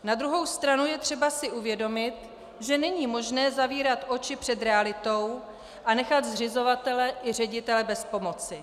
Na druhou stranu je třeba si uvědomit, že není možné zavírat oči před realitou a nechat zřizovatele i ředitele bez pomoci.